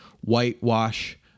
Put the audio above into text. whitewash